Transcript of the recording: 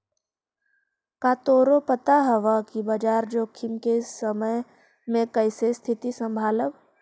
का तोरा पता हवअ कि बाजार जोखिम के समय में कइसे स्तिथि को संभालव